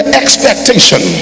expectation